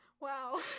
Wow